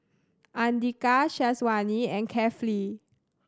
Andika Syazwani and Kefli